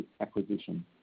acquisition